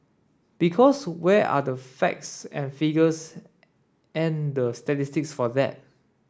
because where are the facts and the figures and the statistics for that